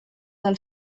del